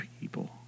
people